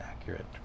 accurate